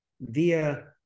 via